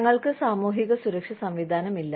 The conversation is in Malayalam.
ഞങ്ങൾക്ക് സാമൂഹിക സുരക്ഷാ സംവിധാനമില്ല